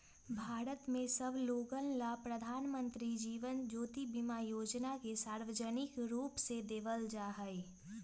भारत के सब लोगन ला प्रधानमंत्री जीवन ज्योति बीमा योजना के सार्वजनिक रूप से देवल जाहई